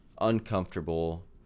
uncomfortable